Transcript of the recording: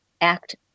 act